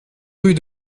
rue